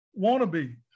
wannabe